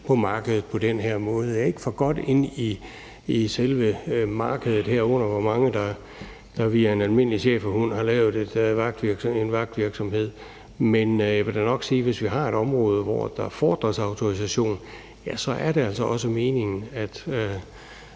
på markedet på den her måde. Jeg er ikke for godt inde i selve markedet, herunder hvor mange der via en almindelig schæferhund har lavet en vagtvirksomhed, men jeg vil da nok sige, at hvis vi har et område, hvor der fordres autorisation, er det altså også meningen, at